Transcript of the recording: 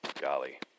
Golly